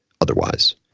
otherwise